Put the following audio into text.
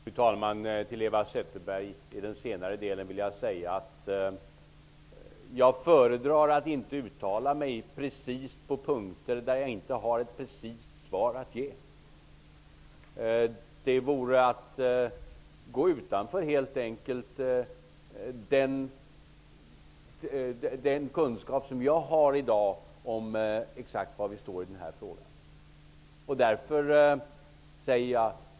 Fru talman! Angående den senare delen av Eva Zetterbergs inlägg vill jag säga följande. Jag föredrar att inte uttala mig precist på punkter där jag inte har ett precist svar att ge. Det vore att helt enkelt gå utanför den kunskap jag har i dag om exakt var vi står i denna fråga.